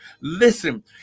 Listen